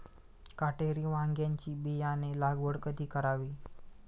काटेरी वांग्याची बियाणे लागवड कधी करावी?